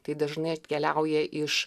tai dažnai atkeliauja iš